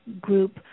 group